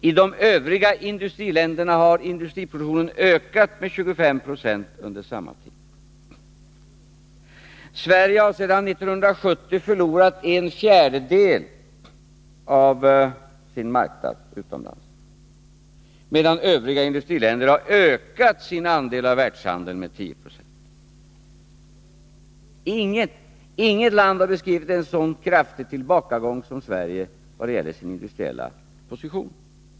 I de övriga industriländerna har industriproduktionen ökat med 25 96 under samma tid. Sverige har sedan 1970 förlorat en fjärdedel av sin marknad utomlands, medan övriga industriländer har ökat sin andel av världshandeln med 10 96. Inget land har beskrivit en så kraftig tillbakagång som Sverige när det gäller landets industriella position.